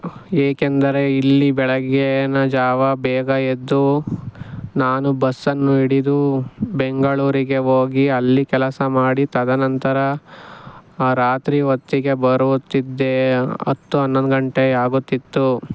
ಏಕೆಂದರೆ ಇಲ್ಲಿ ಬೆಳಗಿನ ಜಾವ ಬೇಗ ಎದ್ದು ನಾನು ಬಸ್ಸನ್ನು ಹಿಡಿದು ಬೆಂಗಳೂರಿಗೆ ಹೋಗಿ ಅಲ್ಲಿ ಕೆಲಸ ಮಾಡಿ ತದನಂತರ ರಾತ್ರಿ ಹೊತ್ತಿಗೆ ಬರುತ್ತಿದ್ದೆ ಹತ್ತು ಹನ್ನೊಂದು ಗಂಟೆ ಆಗುತ್ತಿತ್ತು